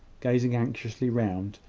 gazing anxiously round,